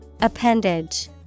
Appendage